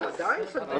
אבל עדיין סנטימטר.